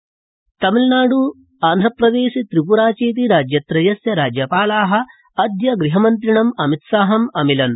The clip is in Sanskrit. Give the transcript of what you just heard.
राज्यपाला अमितशाह तमिलनाड़ आन्ध्रप्रदेश त्रिपुरा चेति राज्यत्रयस्य राज्यपाला अद्य गृहमन्त्रिणम् अमितशाहम् अमिलन्